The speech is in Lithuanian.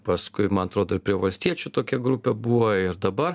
paskui man atrodo ir prie valstiečių tokia grupė buvo ir dabar